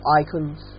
icons